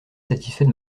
satisfait